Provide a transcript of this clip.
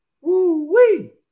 Woo-wee